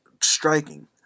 striking